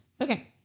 Okay